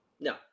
No